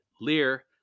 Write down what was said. Lear